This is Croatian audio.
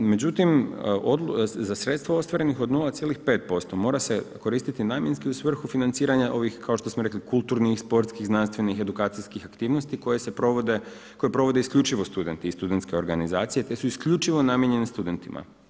Međutim za sredstva ostvarenih od 0,5% mora se koristiti namjenski u svrnu financiranja ovih kao što smo rekli kulturnih, sportskih, znanstvenih, edukacijskih aktivnosti koje provode isključivo studenti i studentske organizacije, te su isključivo namijenjeni studentima.